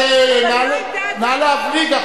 אז נא להבליג.